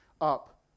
up